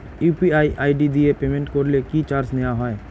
UPI ID দিয়ে payment করলে কি চার্জ নেয়া হয়?